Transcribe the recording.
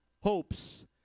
Hopes